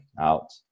out